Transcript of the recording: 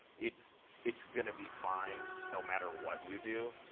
it's it's going to be fine no matter what you do.